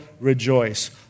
rejoice